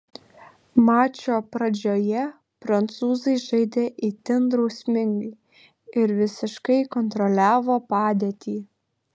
mačo pradžioje prancūzai žaidė itin drausmingai ir visiškai kontroliavo padėtį